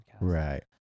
Right